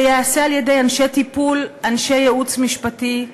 זה ייעשה על-ידי אנשי טיפול, אנשי ייעוץ משפטי,